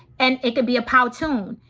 and it could be a powtoon.